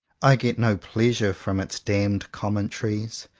i get no pleasure from its damned commen taries.